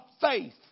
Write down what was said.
faith